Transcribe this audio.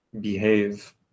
behave